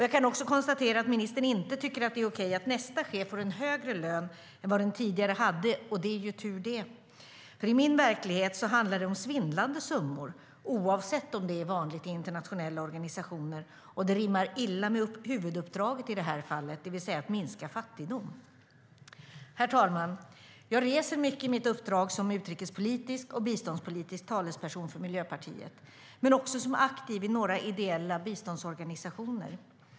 Jag kan också konstatera att ministern inte tycker att det är okej att nästa chef får en högre lön än den tidigare hade, och det är ju tur, för i min verklighet handlar det om svindlande summor, oavsett om det är vanligt i internationella organisationer, och det rimmar illa med huvuduppdraget i det här fallet, det vill säga att minska fattigdom. Herr talman! Jag reser mycket i mitt uppdrag som utrikespolitisk och biståndspolitisk talesperson för Miljöpartiet men också som aktiv i några ideella biståndsorganisationer.